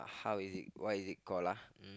how is it why is it called lah uh